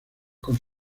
con